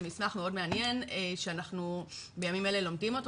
זה מסמך מאוד מעניין שאנחנו בימים אלה לומדים אותו,